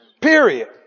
period